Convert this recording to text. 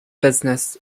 business